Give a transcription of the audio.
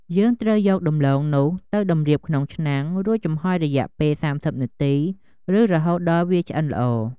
យើងត្រូវយកដំឡូងនោះ ទៅតម្រៀបក្នុងឆ្នាំង រួចចំហុយរយៈពេល៣០នាទីឬ រហូតដល់វាឆ្អិនល្អ។